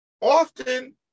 Often